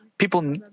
People